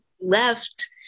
left